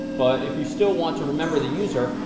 but if you still want to remember the user,